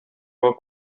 col